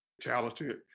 talented